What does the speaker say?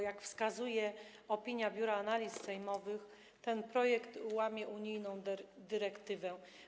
Jak wskazuje opinia Biura Analiz Sejmowych, tej projekt łamie przepisy unijnej dyrektywy.